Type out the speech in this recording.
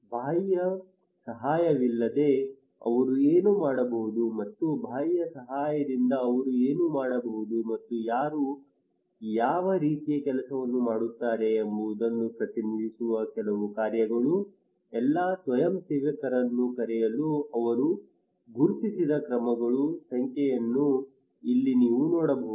ಬಾಹ್ಯ ಸಹಾಯವಿಲ್ಲದೆ ಅವರು ಏನು ಮಾಡಬಹುದು ಮತ್ತು ಬಾಹ್ಯ ಸಹಾಯದಿಂದ ಅವರು ಏನು ಮಾಡಬಹುದು ಮತ್ತು ಯಾರು ಯಾವ ರೀತಿಯ ಕೆಲಸವನ್ನು ಮಾಡುತ್ತಾರೆ ಎಂಬುದನ್ನು ಪ್ರತಿನಿಧಿಸುವ ಕೆಲವು ಕಾರ್ಯಗಳು ಎಲ್ಲಾ ಸ್ವಯಂಸೇವಕರನ್ನು ಕರೆಯಲು ಅವರು ಗುರುತಿಸಿದ ಕ್ರಮಗಳ ಸಂಖ್ಯೆಯನ್ನು ಇಲ್ಲಿ ನೀವು ನೋಡಬಹುದು